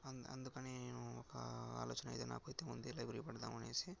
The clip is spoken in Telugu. అందు అందుకని నేను ఒక ఆలోచనైతే నాకైతే ఉంది లైబ్రరీ పెడుదామనేసి